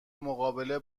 مقابله